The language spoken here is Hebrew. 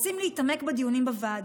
רוצים להתעמק בדיונים בוועדה.